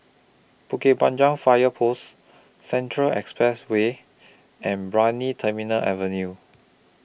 Bukit Panjang Fire Post Central Expressway and Brani Terminal Avenue